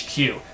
HQ